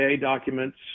documents